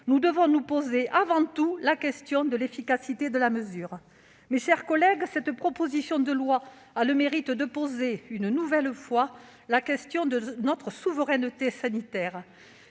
nous devons avant tout nous poser la question de l'efficacité de la mesure. Mes chers collègues, cette proposition de loi a le mérite de poser, une nouvelle fois, la question de notre souveraineté sanitaire.